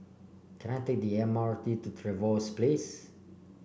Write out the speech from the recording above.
can I take the M R T to Trevose Place